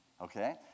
okay